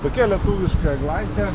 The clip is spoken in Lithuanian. tokia lietuviška eglaitė